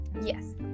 Yes